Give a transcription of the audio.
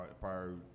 prior